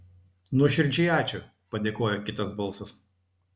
nuoširdžiai ačiū padėkojo kitas balsas